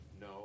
No